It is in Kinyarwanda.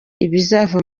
ibizava